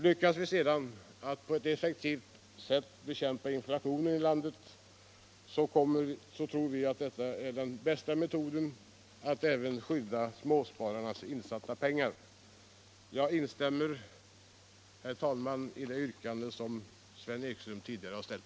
Lyckas vi sedan på ett effektivt sätt bekämpa inflationen i landet tror vi att detta är den bästa metoden för att även skydda småspararnas insatta pengar. Jag instämmer, herr talman, i det yrkande som Sven Ekström tidigare har framfört.